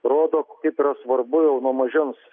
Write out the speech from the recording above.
rodo kaip yra svarbu jau nuo mažens